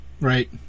right